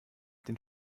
den